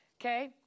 okay